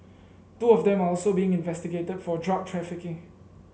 two of them are also being investigated for drug trafficking